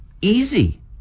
easy